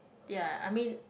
ya I mean